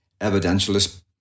evidentialist